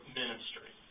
ministry